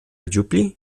dziupli